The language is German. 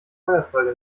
feuerzeuge